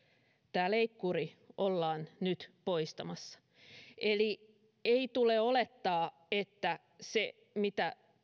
tämä leikkuri ollaan nyt poistamassa eli ei tule olettaa että se mitä